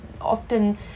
often